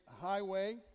highway